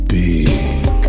big